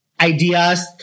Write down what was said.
ideas